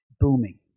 booming